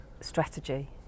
strategy